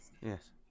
Yes